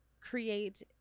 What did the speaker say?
create